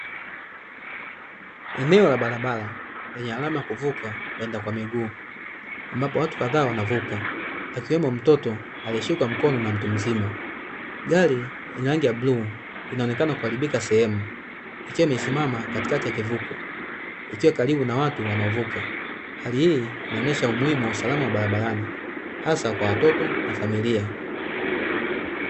Eneo la barabara lenye alama kuvuka kwenda kwa miguu, ambapo watu kadhaa wanavuka akiwemo mtoto aliyeshikwa mkono na mtu mzima. Gari rangi ya blue inaonekana kuharibika sehemu, ikiwa imesimama katikati ya kivuko, ikiwa karibu na watu wanaovuka. Hali hii inaonyesha umuhimu wa usalama wa barabarani hasa kwa watoto na familia.